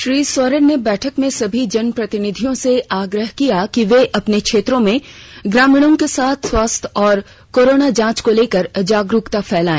श्री सोरेन ने बैठक में सभी जनप्रतिनिधियों से आग्रह किया कि वे अपने क्षेत्रों में ग्रामीणों के स्वास्थ्य और कोरोना जांच को लेकर जागरूकता फैलाए